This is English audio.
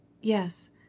Yes